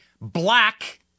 black